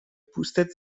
پوستت